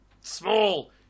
Small